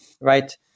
right